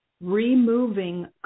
Removing